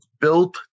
built